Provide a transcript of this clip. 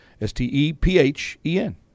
S-T-E-P-H-E-N